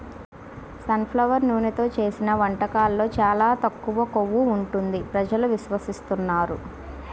sun flower నూనెతో చేసిన వంటకాల్లో చాలా తక్కువ కొవ్వు ఉంటుంది ప్రజలు విశ్వసిస్తున్నారు